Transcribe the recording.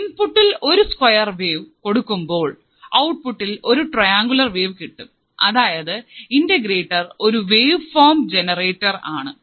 ഇൻപുട്ടിൽ ഒരു square wave കൊടുക്കുമ്പോൾ ഔട്ട്പുട്ടിൽ ഒരു ട്രയാങ്കിൾ വേവ് കിട്ടും അതായത് ഇന്റഗ്രേറ്റർ ഒരു വേവ്ഫോം ജനറേറ്റർ ആണ്